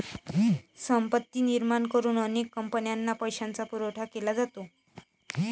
संपत्ती निर्माण करून अनेक कंपन्यांना पैशाचा पुरवठा केला जातो